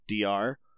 DR